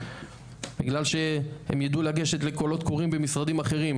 בגלל שהם ידעו לגשת לקולות קוראים אחרים,